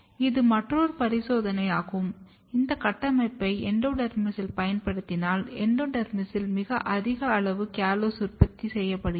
இது மற்றொரு பரிசோதனையாகும் இந்த கட்டமைப்பை எண்டோடெர்மிஸில் பயன்படுத்தினால் எண்டோடெர்மிஸில் மிக அதிக அளவு காலோஸ் உற்பத்தி செய்யப்படுகிறது